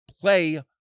play